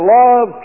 love